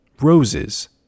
roses